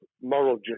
moral